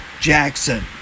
Jackson